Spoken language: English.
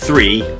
Three